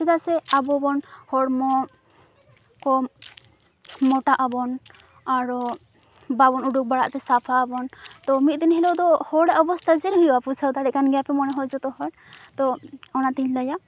ᱪᱮᱫᱟᱜ ᱥᱮ ᱟᱵᱚ ᱵᱚᱱ ᱦᱚᱲᱢᱚ ᱠᱚᱢ ᱢᱚᱴᱟᱜ ᱟᱵᱚᱱ ᱟᱨᱚ ᱵᱟᱵᱚᱱ ᱚᱰᱩᱠ ᱵᱟᱲᱟᱜ ᱛᱮ ᱥᱟᱯᱟᱜ ᱟᱵᱚᱱ ᱛᱚ ᱢᱤᱫ ᱫᱤᱱ ᱦᱤᱞᱳᱜ ᱫᱚ ᱦᱚᱲᱟᱜ ᱚᱵᱚᱥᱛᱟ ᱪᱮᱫ ᱦᱩᱭᱩᱜᱼᱟ ᱵᱩᱡᱽ ᱫᱟᱲᱮᱭᱟᱜ ᱠᱟᱱ ᱜᱮᱭᱟᱯᱮ ᱢᱚᱱᱮ ᱦᱚᱭ ᱡᱚᱛᱚ ᱦᱚᱲ ᱛᱚ ᱚᱱᱟᱛᱮᱧ ᱞᱟᱹᱭᱟ